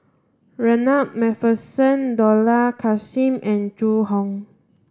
Ronald MacPherson Dollah Kassim and Zhu Hong